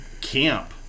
camp